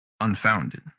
unfounded